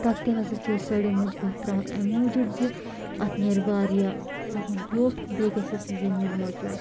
تَتھ تہِ ہسا چھِ أسۍ سَڈیٛومُت گُہہ ترٛاوان اَمہِ موٗجوٗب زِ اَتھ نیرِ واریاہ رُہُن ویٛوٹھ بیٚیہِ گژھیٚس یہِ زٔمیٖن مۄچر